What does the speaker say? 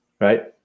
right